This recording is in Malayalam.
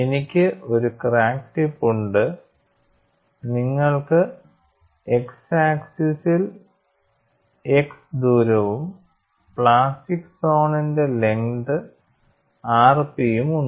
എനിക്ക് ഒരു ക്രാക്ക് ടിപ്പ് ഉണ്ട് നിങ്ങൾക്ക് x ആക്സിസിൽ x ദൂരവും പ്ലാസ്റ്റിക് സോണിന്റെ ലെങ്ത് rp യും ഉണ്ട്